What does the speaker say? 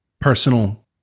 personal